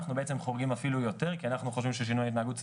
אנחנו בעצם חורגים אפילו יותר כי אנחנו חושבים ששינוי ההתנהגות,